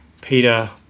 Peter